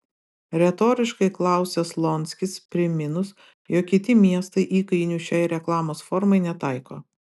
retoriškai klausia slonskis priminus jog kiti miestai įkainių šiai reklamos formai netaiko